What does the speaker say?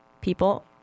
people